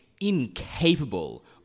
incapable